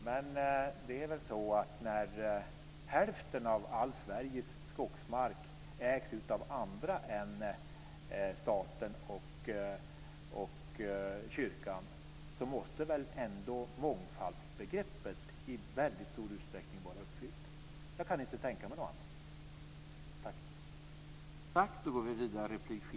Men när hälften av all Sveriges skogsmark ägs av andra än staten och kyrkan måste väl ändå mångfaldsbegreppet i väldigt stor utsträckning vara uppfyllt. Jag kan inte tänka mig något annat.